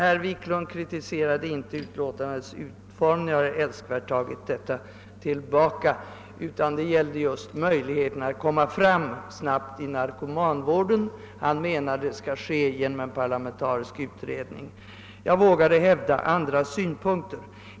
Herr Wiklund i Stockholm vill inte kritisera utlåtandets utformning — han har älskvärt tagit en sådan antydan tillbaka — utan just den bristande möjligheten att komma fram snabbt i narkotikavården. Han menar att den skall åstadkommas genom en parlamentarisk utredning. Jag vågade hävda andra synpunkter.